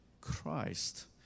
Christ